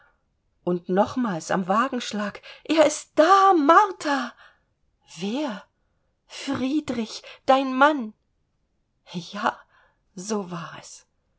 und nochmals am wagenschlag er ist da martha wer friedrich dein mann ja so war es